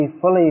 fully